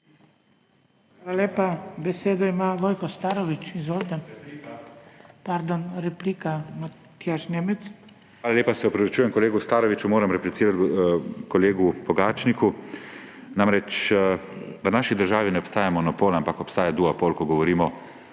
Hvala lepa. Besedo ima Vojko Starović. Izvolite. Pardon, replika, Matjaž Nemec. **MATJAŽ NEMEC (PS SD):** Hvala lepa. Se opravičujem kolegu Staroviću, moram replicirati kolegu Pogačniku. Namreč v naši državi ne obstaja monopol, ampak obstaja duopol, ko govorimo